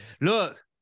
look